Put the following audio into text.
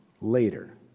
later